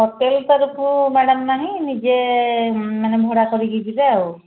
hotel ତରଫକୁ madam ନାହିଁ ନିଜେ ମାନେ ଭଡ଼ା କରିକି ଯିବେ ଆଉ